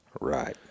right